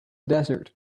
desert